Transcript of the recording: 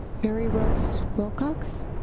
mary rose wilcox.